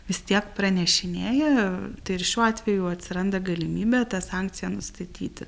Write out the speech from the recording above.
vis tiek pranešinėja tai ir šiuo atveju atsiranda galimybė tą sankciją nustatyti